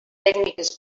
tècniques